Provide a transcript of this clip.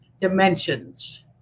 dimensions